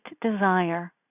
desire